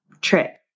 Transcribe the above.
trick